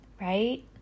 right